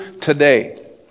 today